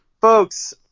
Folks